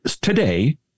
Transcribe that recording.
today